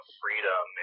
freedom